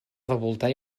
revoltar